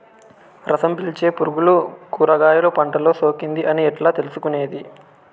రసం పీల్చే పులుగులు కూరగాయలు పంటలో సోకింది అని ఎట్లా తెలుసుకునేది?